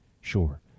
sure